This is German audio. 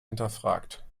hinterfragt